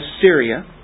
Syria